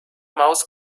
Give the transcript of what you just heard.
mouse